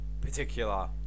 particular